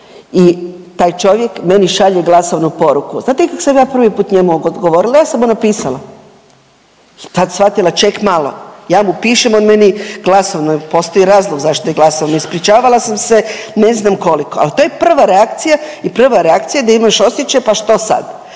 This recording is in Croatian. i taj čovjek meni šalje glasovnu poruku, znate kako sam ja prvi put njemu odgovorila, ja sam mu napisala i tad shvatila ček malo, ja mu pišem, on meni glasovnu, postoji razlog zašto je glasovna, ispričavala sam se ne znam koliko, al to je prva reakcija i prva reakcija da imaš osjećaj pa što sad.